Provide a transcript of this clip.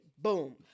Boom